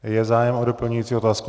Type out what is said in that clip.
Je zájem o doplňující otázku?